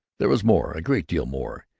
there was more, a great deal more,